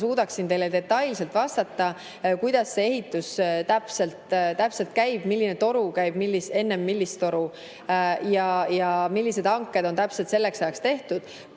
suudaksin teile detailselt vastata, kuidas see ehitus täpselt käib, milline toru käib enne millist toru ja millised hanked on täpselt selleks ajaks tehtud.